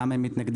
למה הם מתנגדים?